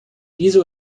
dieser